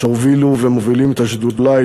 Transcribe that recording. שהובילו ומובילים את השדולה,